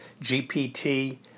GPT